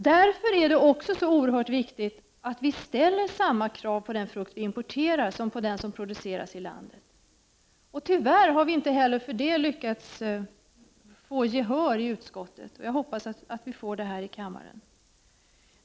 Därför är det också mycket viktigt att vi ställer samma krav på den frukt vi importerar som på den frukt som produceras i landet. Tyvärr har vi inte heller lyckats få gehör för det kravet i utskottet, men jag hoppas att vi får det här i kammaren.